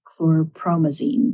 chlorpromazine